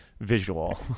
visual